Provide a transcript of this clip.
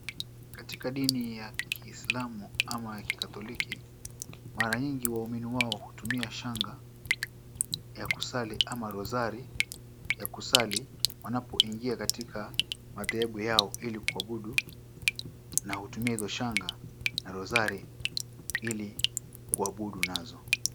Katika dini ya kiislamu ama ya kikatholiki mara nyingi waumini wao hutumia shanga ya kusali ama rosari ya kusali wanapoingia katika madhehebu yao ili kuabudu na hutumia hizo shanga na rosari ili kuabudu nazo.